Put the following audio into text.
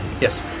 Yes